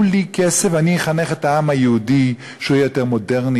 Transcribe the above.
לי כסף ואני אחנך את העם היהודי שהוא יהיה יותר מודרני,